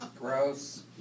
Gross